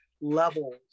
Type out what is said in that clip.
levels